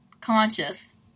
conscious